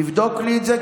תבדוק לי את זה,